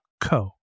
co